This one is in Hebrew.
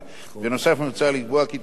מוצע לקבוע כי תקציבה של החברה,